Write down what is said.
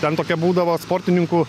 ten tokia būdavo sportininkų